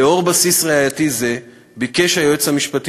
לנוכח בסיס ראייתי זה ביקש היועץ המשפטי